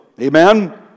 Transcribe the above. Amen